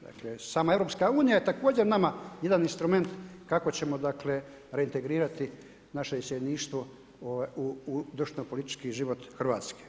Dakle sama EU je također nama jedan instrument kako ćemo reintegrirati naše iseljeništvo u društvenopolitički život Hrvatske.